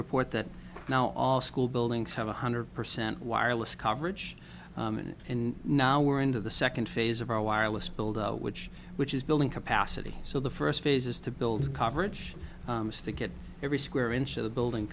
report that now all school buildings have one hundred percent wireless coverage and in now we're into the second phase of our wireless build which which is building capacity so the first phase is to build coverage is to get every square inch of the building